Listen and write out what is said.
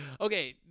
Okay